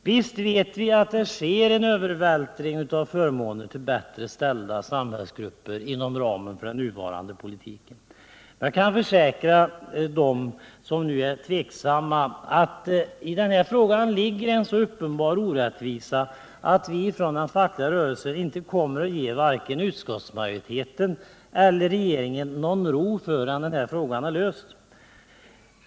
Visst vet vi att det sker en övervältring av förmåner till bättre ställda samhällsgrupper inom ramen för den nuvarande politiken. Men jag kan försäkra dem som nu är tveksamma att detta är en så uppenbar orättvisa att vi från den fackliga rörelsen inte kommer att ge vare sig utskottsmajoriteten eller regeringen någon ro förrän den här frågan är löst.